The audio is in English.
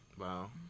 Wow